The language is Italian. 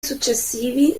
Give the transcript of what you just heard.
successivi